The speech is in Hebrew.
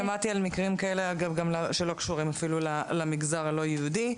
שמעתי על מקרים כאלה שלא קשורים אפילו למגזר הלא-יהודי.